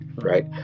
right